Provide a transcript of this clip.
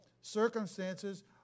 Circumstances